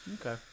Okay